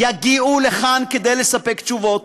יגיעו לכאן כדי לספק תשובות,